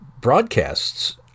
broadcasts